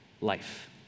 life